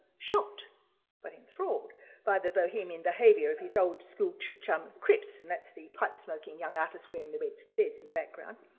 shocked but enthralled by the bohemian behavior of his old school chum crips, and that's the pipe smoking young artists wearing the red fez in the background.